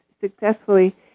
successfully